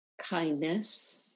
kindness